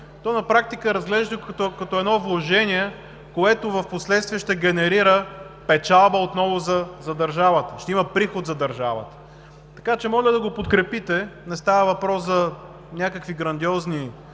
на практика се разглежда като едно вложение, което впоследствие ще генерира печалба отново за държавата, ще има приход за държавата. Моля да го подкрепите – става въпрос за някакви грандиозни